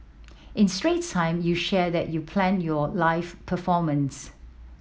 in Straits Times you shared that you planned your live performance